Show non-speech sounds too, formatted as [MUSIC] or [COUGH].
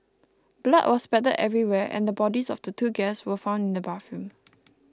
blood was spattered everywhere and the bodies of the two guests were found in the bathroom [NOISE]